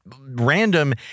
random